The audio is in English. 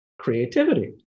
creativity